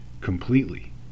completely